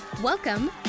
Welcome